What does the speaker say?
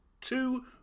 two